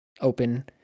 open